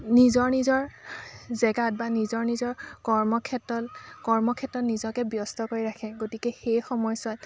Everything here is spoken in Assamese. নিজৰ নিজৰ জেগাত বা নিজৰ নিজৰ কৰ্মক্ষেত্ৰত কৰ্মক্ষেত্ৰত নিজকে ব্যস্ত কৰি ৰাখে গতিকে সেই সময়ছোৱাত